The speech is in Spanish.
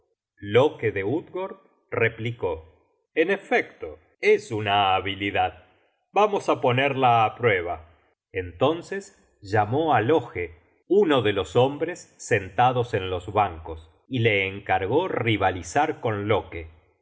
loke de utgord replicó en efecto es una habilidad vamos á ponerla á prueba entonces llamó á loge uno de los hombres sentados en los bancos y le encargó rivalizar con loke